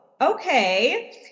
okay